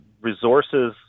resources